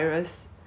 ya but then